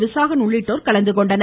விசாகன் உள்ளிட்டோர் கலந்து கொண்டனர்